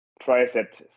triceps